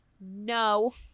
no